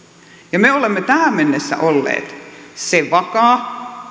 ja me olemme tähän mennessä olleet se vakaa